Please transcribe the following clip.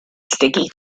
sticky